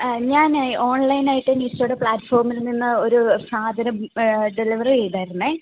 ഞാൻ ഓൺലൈൻ ആയിട്ട് മിഷോയുടെ പ്ലാറ്റ്ഫോമിൽ നിന്ന് ഒരു സാധനം ഡെലിവെറി ചെയ്തായിരുന്നു